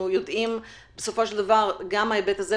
יודעים בסופו של דבר גם על ההיבט הזה.